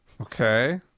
Okay